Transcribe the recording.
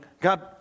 God